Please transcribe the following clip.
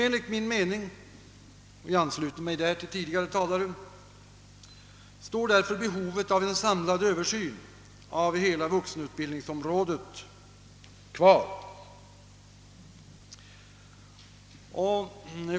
Enligt min mening — jag ansluter mig därvid till tidigare talare — står därför behovet av en samlad översyn av hela vuxenutbildningen kvar.